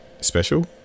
special